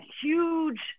huge